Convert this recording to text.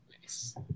Nice